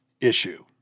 issue